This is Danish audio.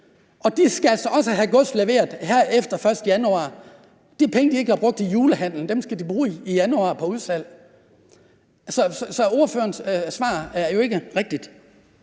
Og de skal altså også have gods leveret efter den 1. januar. De penge, de ikke har brugt i julehandelen, skal de bruge i januar på udsalg. Så ordførerens svar er jo ikke rigtigt.